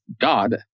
God